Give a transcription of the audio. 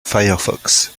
firefox